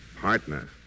Partner